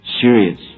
serious